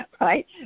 right